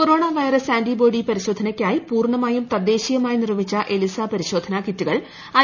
corona virus antibody പരിശോധനയ്ക്കായി പൂർണ്ണമായും തദ്ദേശീയമായി നിർമ്മിച്ച എലിസ പരിശോധന കിറ്റുകൾ ഐ